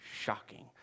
shocking